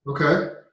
Okay